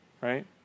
Right